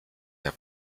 der